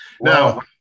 Now